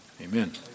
amen